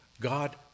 God